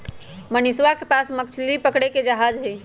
मनीषवा के पास मछली पकड़े के जहाज हई